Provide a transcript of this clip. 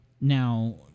Now